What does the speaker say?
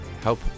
help